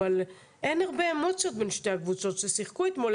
אבל אין הרבה אמוציות בין שתי הקבוצות ששיחקו אתמול.